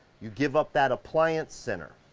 you give up that appliance center.